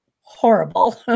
horrible